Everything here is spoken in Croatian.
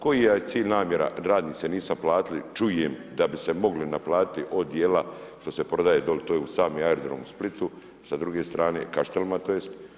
Koja je cilj namjera da radnici nisu naplatili, čujem da bi se mogli naplatiti od dijela što se prodaje doli, to je uz sami aerodrom u Splitu sa druge strane u Kaštelima to jest.